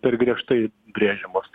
per griežtai brėžiamos